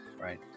right